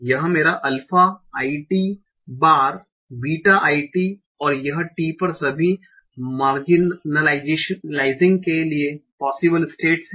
यह मेरा alpha i t बार बीटा i t और यह t पर सभी मार्जिनालाइसिंग के लिए पॉसिबल स्टेट्स है